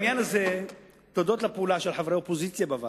תודות לאופוזיציה.